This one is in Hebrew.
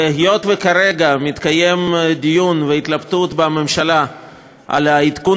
והיות שכרגע מתקיימים דיון והתלבטות בממשלה על עדכון